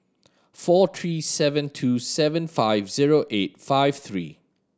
four three seven two seven five zero eight five three